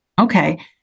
Okay